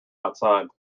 outside